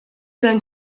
then